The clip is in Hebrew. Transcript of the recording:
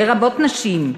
לרבות נשים,